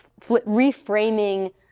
reframing